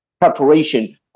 preparation